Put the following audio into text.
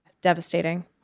devastating